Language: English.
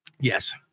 Yes